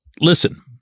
listen